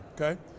okay